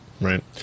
Right